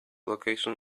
location